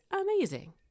amazing